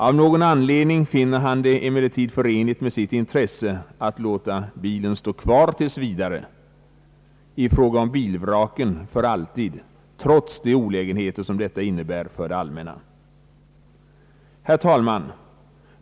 Av någon anledning finner de det emellertid förenligt med sitt intresse att låta bilarna stå kvar tills vidare — i fråga om vraken för alltid — trots de olägenheter som detta innebär för det allmänna. Herr talman!